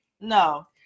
No